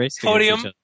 Podium